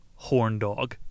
Horndog